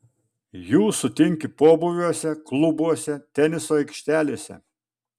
jų sutinki pobūviuose klubuose teniso aikštelėse